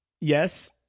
Yes